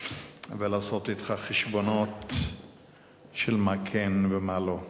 ולעשות אתך חשבונות של מה כן ומה לא.